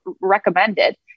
recommended